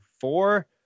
four